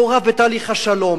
מעורב בתהליך השלום,